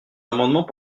amendements